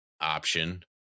option